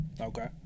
okay